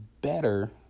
better